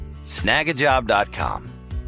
Snagajob.com